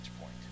point